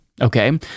Okay